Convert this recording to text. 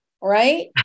Right